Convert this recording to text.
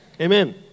Amen